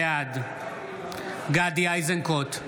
בעד גדי איזנקוט,